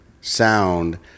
sound